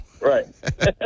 right